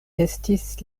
estis